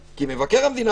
מיקי,